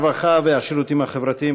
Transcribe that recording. הרווחה והשירותים החברתיים,